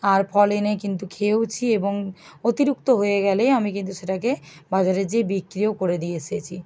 আর ফল এনে কিন্তু খেয়েওছি এবং অতিরিক্ত হয়ে গেলে আমি কিন্তু সেটাকে বাজারে যেয়ে বিক্রিও করে দিয়ে এসেছি